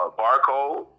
barcode